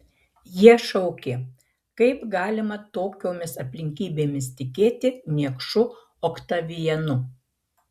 jie šaukė kaip galima tokiomis aplinkybėmis tikėti niekšu oktavianu